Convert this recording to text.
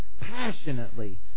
Passionately